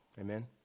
Amen